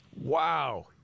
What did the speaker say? Wow